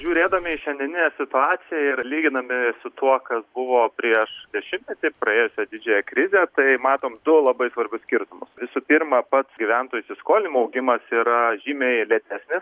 žiūrėdami į šiandieninę situaciją ir lyginami su tuo kas buvo prieš dešimtmetį ir praėjusią didžiąją krizę tai matom du labai svarbius skirtumus visų pirma pats gyventojų įsiskolinimo augimas yra žymiai lėtesnis